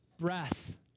breath